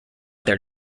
their